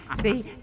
See